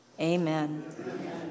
amen